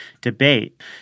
debate